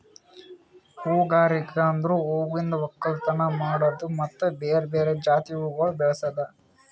ಹೂಗಾರಿಕೆ ಅಂದುರ್ ಹೂವಿಂದ್ ಒಕ್ಕಲತನ ಮಾಡದ್ದು ಮತ್ತ ಬೇರೆ ಬೇರೆ ಜಾತಿ ಹೂವುಗೊಳ್ ಬೆಳಸದ್